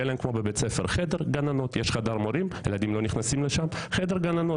צריך שיהיה להן חדר גננות כמו שיש למורים בבית ספר.